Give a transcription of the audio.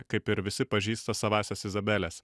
kaip ir visi pažįsta savąsias izabeles